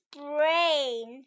brain